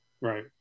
Right